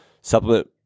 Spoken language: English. supplement